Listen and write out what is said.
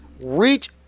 reach